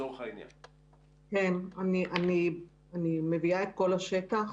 אני מביאה את קול השטח.